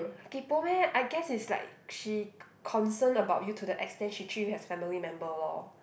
kaypoh meh I guess it's like she concerned about you to the extent she treat you as family member lor